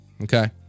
Okay